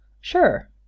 Sure